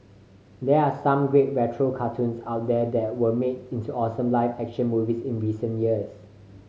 there are some great retro cartoons out there that were made into awesome live action movies in recent years